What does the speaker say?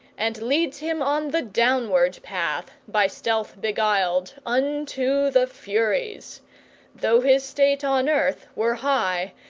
and leads him on the downward path, by stealth beguiled, unto the furies though his state on earth were high,